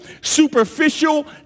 superficial